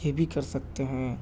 یہ بھی کر سکتے ہیں